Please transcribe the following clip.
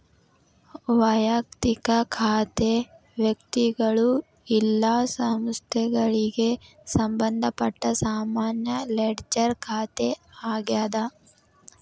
ವಯಕ್ತಿಕ ಖಾತೆ ವ್ಯಕ್ತಿಗಳು ಇಲ್ಲಾ ಸಂಸ್ಥೆಗಳಿಗೆ ಸಂಬಂಧಪಟ್ಟ ಸಾಮಾನ್ಯ ಲೆಡ್ಜರ್ ಖಾತೆ ಆಗ್ಯಾದ